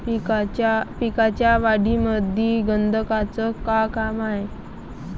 पिकाच्या वाढीमंदी गंधकाचं का काम हाये?